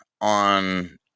on